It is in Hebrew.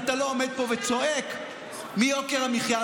אם אתה לא עומד פה וצועק מיוקר המחיה,